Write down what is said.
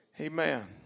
amen